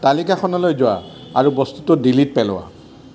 তালিকাখনলৈ যোৱা আৰু বস্তুটো ডিলিট পেলোৱা